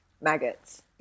maggots